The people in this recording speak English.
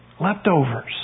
Leftovers